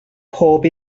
pob